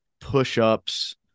push-ups